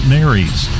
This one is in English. Mary's